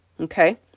Okay